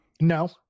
no